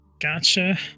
Gotcha